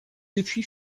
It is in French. depuis